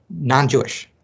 non-Jewish